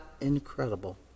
incredible